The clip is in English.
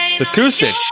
Acoustic